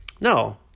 No